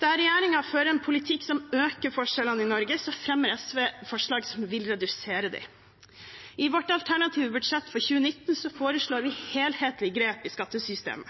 Der regjeringen fører en politikk som øker forskjellene i Norge, fremmer SV forslag som vil redusere dem. I vårt alternative budsjett for 2019 foreslår vi helhetlige grep i skattesystemet,